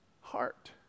heart